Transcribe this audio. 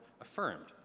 affirmed